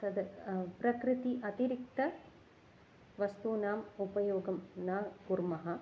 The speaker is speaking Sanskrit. तद् प्रकृतिः अतिरिक्त वस्तूनाम् उपयोगं न कुर्मः